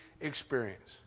experience